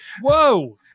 Whoa